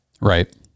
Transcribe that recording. Right